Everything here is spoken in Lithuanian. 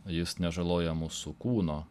jis nežaloja mūsų kūno